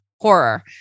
horror